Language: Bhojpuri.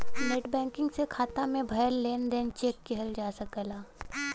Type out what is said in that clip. नेटबैंकिंग से खाता में भयल लेन देन चेक किहल जा सकला